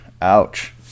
ouch